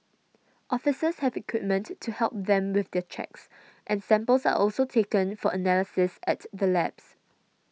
officers have equipment to help them with the checks and samples are also taken for analysis at the labs